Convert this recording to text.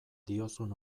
diozun